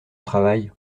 travail